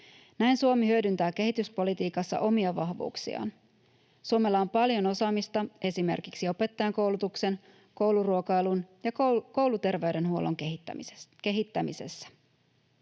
Näin Suomi hyödyntää kehityspolitiikassa omia vahvuuksiaan. Suomella on paljon osaamista esimerkiksi opettajakoulutuksen, kouluruokailun ja kouluterveydenhuollon kehittämisessä.